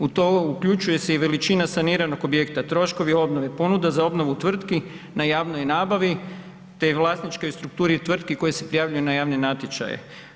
U to uključuje se i veličina saniranog objekta, troškovi obnove, ponuda za obnovu tvrtki na javnoj nabavi, te vlasničkoj strukturi tvrtki koje se prijavljuju na javne natječaje.